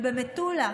ובמטולה,